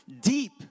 deep